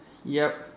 yup